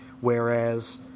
whereas